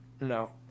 No